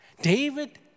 David